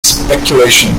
speculation